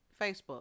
Facebook